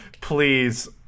please